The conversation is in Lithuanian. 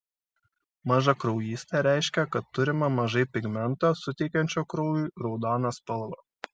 mažakraujystė reiškia kad turima mažai pigmento suteikiančio kraujui raudoną spalvą